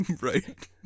Right